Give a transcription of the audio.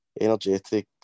energetic